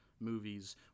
Movies